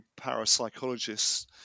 parapsychologists